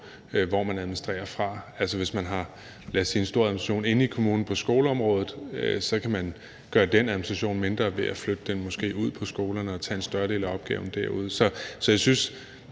hvor man administrerer fra. Altså, hvis man har, lad os sige en stor administration inde i kommunen på skoleområdet, så kan man gøre den administration mindre ved måske at flytte den ud på skolerne og lægge en større del af opgaven derude. Jo mere